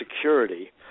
security